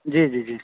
جی جی جی